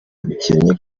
bikennye